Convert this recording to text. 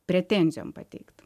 pretenzijom pateikt